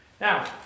Now